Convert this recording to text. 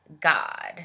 god